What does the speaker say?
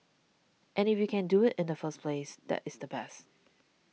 and if you can do it in the first pass that is the best